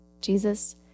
Jesus